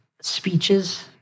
speeches